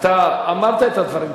אתה אמרת את הדברים,